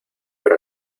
pero